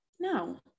No